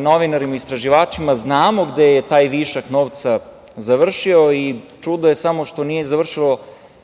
novinarima istraživačima znamo gde je taj višak novaca završio i čudo je samo što nije završilo